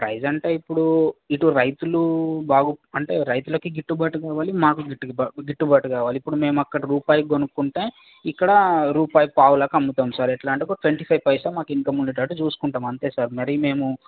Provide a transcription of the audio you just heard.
price అంటే ఇప్పుడు ఇటు రైతులు బాగు అంటే రైతులకి గిట్టుబాటు కావాలి మాకు గిట్టు గిట్టుబాటు కావాలి ఇప్పుడు మేము ఎక్కడ రూపాయికి కొనుక్కుంటే ఇక్కడ రూపాయి పావలాకు అమ్ముతాం సార్ ఎట్లా అంటే ఒక ట్వంటీ ఫైవ్ పైసా మాకు ఇన్కమ్ ఉండేటట్టు చూసుకుంటాం అంతే సార్ మరి మేము